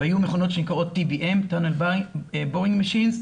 והיו מכונות שנקראות TBM, Tunnel Boring Machine.